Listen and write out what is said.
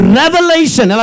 revelation